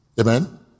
Amen